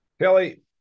Kelly